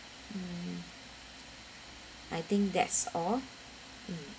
mm I think that's all mm